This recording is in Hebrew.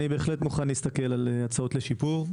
אני בהחלט מוכן להסתכל על ההצעות לשיפור.